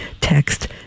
text